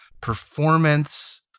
performance